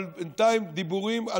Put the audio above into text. אבל בינתיים דיבורים.